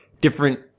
different